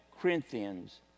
Corinthians